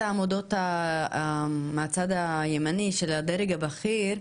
העמודות מהצד הימני של הדרג הבכיר,